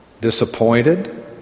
disappointed